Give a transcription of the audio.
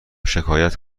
شکایت